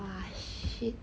!wah! shit